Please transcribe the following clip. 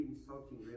insulting